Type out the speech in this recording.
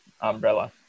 umbrella